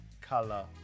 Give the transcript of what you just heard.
Color